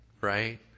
right